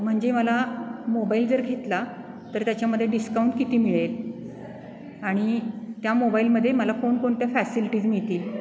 म्हणजे मला मोबाईल जर घेतला तर त्याच्यामध्ये डिस्काउंट किती मिळेल आणि त्या मोबाईलमध्ये मला कोणकोणत्या फॅसिलिटीज मिळतील